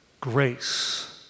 Grace